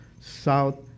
south